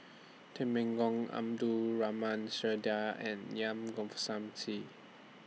Temenggong Abdul Rahman Dyer and